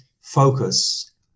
focus